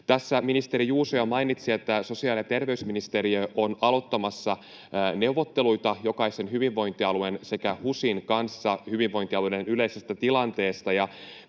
Tässä ministeri Juuso jo mainitsi, että sosiaali‑ ja terveysministeriö on aloittamassa neuvotteluita jokaisen hyvinvointialueen sekä HUSin kanssa hyvinvointialueiden yleisestä tilanteesta.